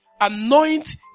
Anoint